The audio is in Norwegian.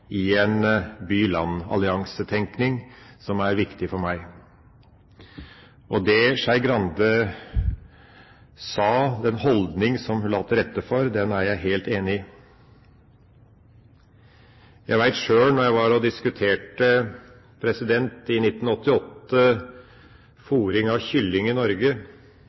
i en by-land-allianse-tenkning, som er viktig for meg. Det Skei Grande sa – den holdning hun la til rette for – er jeg helt enig i. Sjøl var jeg i 1988 og diskuterte fôring av kylling i Norge.